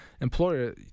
Employer